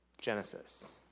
Genesis